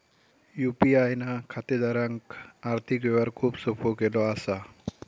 UPI ना खातेदारांक आर्थिक व्यवहार खूप सोपो केलो असा